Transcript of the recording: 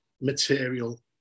material